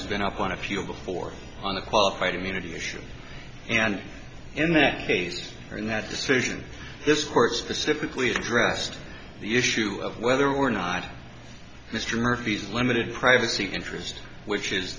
has been up on a few before on the qualified immunity issue and in that case in that decision this court specifically addressed the issue of whether or not mr murphy's limited privacy interest which is